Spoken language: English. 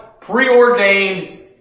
preordained